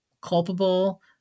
culpable